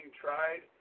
tried